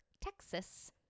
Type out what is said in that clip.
Texas